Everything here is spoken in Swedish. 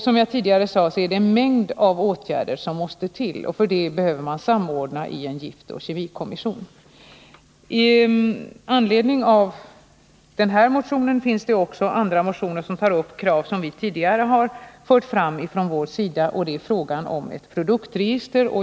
Som jag tidigare sade är det en mängd åtgärder som måste vidtas, och av det skälet behövs en samordning i en giftoch kemikommission. Det finns också andra motioner som tar upp krav som vitidigare har fört fram från vår sida, bl.a. frågan om ett produktregister.